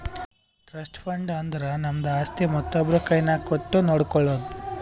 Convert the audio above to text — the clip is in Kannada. ಟ್ರಸ್ಟ್ ಫಂಡ್ ಅಂದುರ್ ನಮ್ದು ಆಸ್ತಿ ಮತ್ತೊಬ್ರು ಕೈನಾಗ್ ಕೊಟ್ಟು ನೋಡ್ಕೊಳೋದು